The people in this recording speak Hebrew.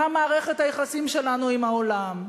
מה מערכת היחסים שלנו עם העולם,